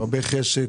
עם הרבה חשק.